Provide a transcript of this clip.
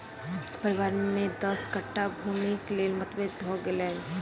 परिवार में दस कट्ठा भूमिक लेल मतभेद भ गेल